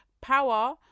power